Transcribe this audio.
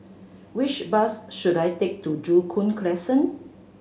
which bus should I take to Joo Koon Crescent